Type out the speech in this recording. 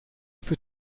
für